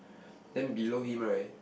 then below him right